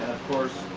course,